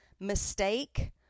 mistake